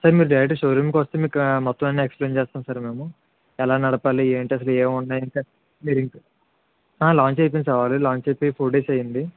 sir మీరు direct షోరూంకి వస్తే మీకు మొత్తం అన్నీ ఎక్స్ప్లయిన్ చేస్తాం సార్ మేము ఎలా నడపాలి ఏంటి అస్సలు ఏమున్నాయి ఇంకా మీ ఆ లాంచ్ అయిపోయింది సార్ ఆల్రెడీ లాంచ్ అయిపోయి ఫోర్ డేస్ అయ్యింది